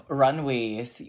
runways